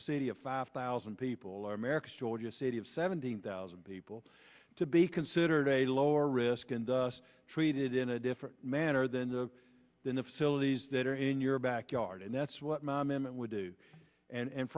city of five thousand people are america's georgia city of seventeen thousand people to be considered a lower risk and treated in a different manner than the than the facilities that are in your backyard and that's what mom him and would do and